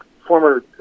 former